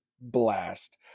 blast